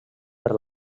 per